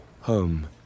home